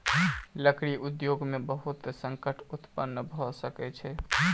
लकड़ी उद्योग में बहुत संकट उत्पन्न भअ सकै छै